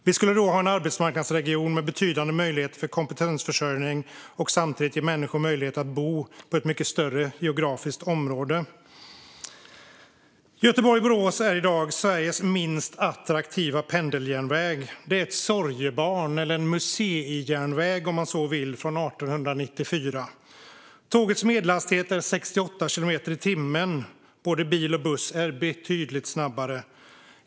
Vi skulle då ha en arbetsmarknadsregion med betydande möjlighet för kompetensförsörjning och samtidigt ge människor möjlighet att bo i ett mycket större geografiskt område. Göteborg-Borås är i dag Sveriges minst attraktiva pendeljärnväg. Det är ett sorgebarn, eller en museijärnväg om man så vill, från 1894. Tågets medelhastighet är 68 kilometer i timmen. Både bil och buss är betydligt snabbare.